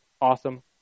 Awesome